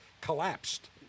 collapsed